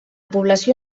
població